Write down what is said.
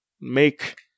make